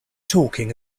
talking